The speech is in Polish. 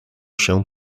się